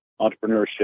entrepreneurship